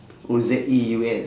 oh Z E U S